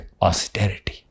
austerity